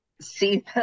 see